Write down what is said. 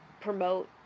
promote